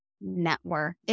network